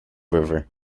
river